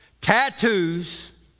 tattoos